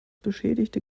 beschädigte